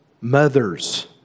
mothers